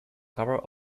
cover